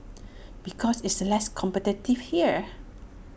because it's less competitive here